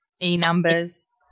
e-numbers